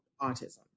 autism